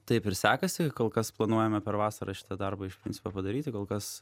taip ir sekasi kol kas planuojame per vasarą šitą darbą iš principo padaryti kol kas